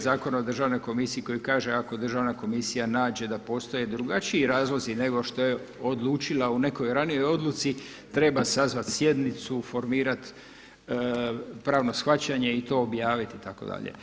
Zakona o Državnoj komisiji koji kaže ako Državna komisija nađe da postoje drugačiji razlozi nego što je odlučila u nekoj ranijoj odluci treba sazvat sjednicu, formirat pravno shvaćanje i to objavit itd.